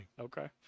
Okay